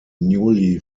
newly